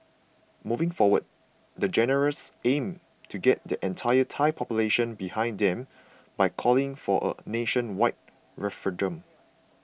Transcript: moving forward the generals aim to get the entire Thai population behind them by calling for a nationwide referendum